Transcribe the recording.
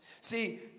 See